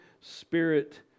Spirit